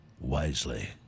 wisely